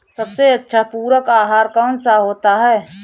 सबसे अच्छा पूरक आहार कौन सा होता है?